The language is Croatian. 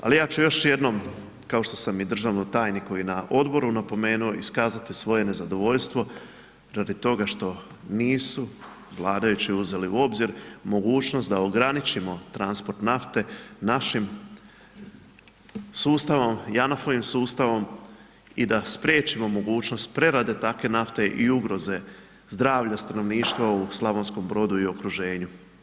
Ali ja ću još jednom kao što sam i državnom tajniku i na odboru napomenuo, iskazati svoje nezadovoljstvo radi toga što nisu vladajući uzeli u obzir mogućnost da ograničimo transport nafte našim sustavom, JANAF-ovim sustavom i da spriječimo mogućnost prerade takve nafte i ugroze zdravlja stanovništva u Slavonskom Brodu i okruženju.